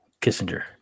Kissinger